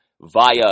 via